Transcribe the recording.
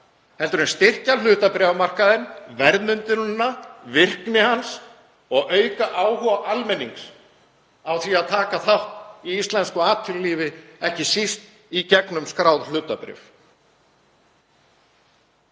en að styrkja hlutabréfamarkaðinn, verðmyndunina, virkni hans, og auka áhuga almennings á því að taka þátt í íslensku atvinnulífi, ekki síst í gegnum skráð hlutabréf.